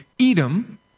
Edom